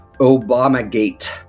Obamagate